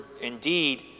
indeed